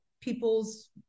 people's